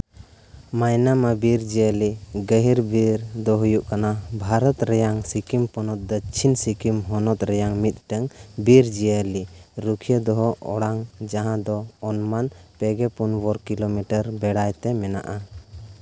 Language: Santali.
ᱢᱟᱭᱱᱟᱢᱟ ᱵᱤᱨ ᱡᱤᱭᱟᱹᱞᱤ ᱜᱟᱹᱦᱤᱨᱵᱤᱨ ᱫᱚ ᱦᱩᱭᱩᱜ ᱠᱟᱱᱟ ᱵᱷᱟᱨᱚᱛ ᱨᱮᱭᱟᱜ ᱥᱤᱠᱤᱢ ᱯᱚᱱᱚᱛ ᱫᱚᱠᱠᱷᱤᱱ ᱦᱚᱱᱚᱛ ᱨᱮᱭᱟᱜ ᱢᱤᱫᱴᱟᱝ ᱵᱤᱨᱡᱤᱭᱟᱹᱞᱤ ᱨᱩᱠᱷᱤᱭᱟᱹ ᱫᱚᱦᱚ ᱚᱲᱟᱜ ᱡᱟᱦᱟᱸ ᱫᱚ ᱚᱱᱢᱟᱱ ᱯᱮ ᱜᱮ ᱯᱩᱱ ᱵᱚᱨᱜᱚ ᱠᱤᱞᱳᱢᱤᱴᱟᱨ ᱵᱮᱲᱦᱟᱭᱛᱮ ᱢᱮᱱᱟᱜᱼᱟ